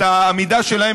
את העמידה שלהם